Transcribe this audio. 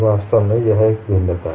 वास्तव में यह एक भिन्नता है